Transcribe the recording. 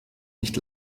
nicht